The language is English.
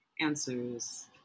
answers